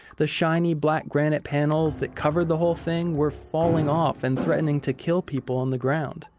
the shiny black granite panels that covered the whole thing were falling off and threatening to kill people on the ground.